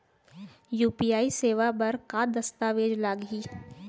UPI सेवा बर का का दस्तावेज लागही?